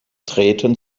treten